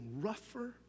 rougher